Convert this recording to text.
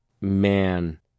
man